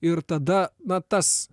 ir tada na tas